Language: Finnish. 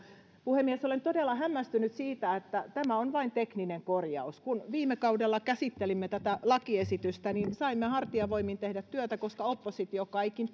puhemies olen todella hämmästynyt siitä että tämä on vain tekninen korjaus kun viime kaudella käsittelimme tätä lakiesitystä saimme hartiavoimin tehdä työtä koska oppositio kaikin